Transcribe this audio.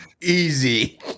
Easy